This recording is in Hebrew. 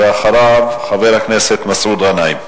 ואחריו, חבר הכנסת מסעוד גנאים.